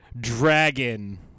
Dragon